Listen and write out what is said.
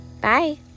Bye